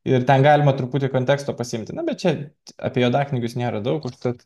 ir ten galima truputį konteksto pasiimti na bet čia apie juodaknygius nėra daug užtat